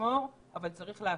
אבל צריך לאפשר.